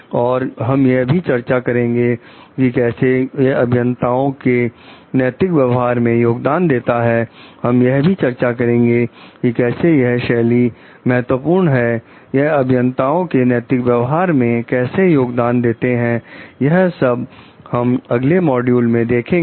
और हम यह भी चर्चा करेंगे कि कैसे यह अभियंताओं के नैतिक व्यवहार में योगदान देता है हम यह भी चर्चा करेंगे कि कैसे यह शैली महत्वपूर्ण है और यह अभियंताओं के नैतिक व्यवहार में कैसे योगदान देते हैं यह सब हम अगले मॉड्यूल में देखेंगे